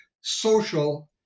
social